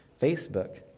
Facebook